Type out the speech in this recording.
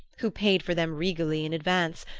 who paid for them regally in advance,